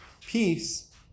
Peace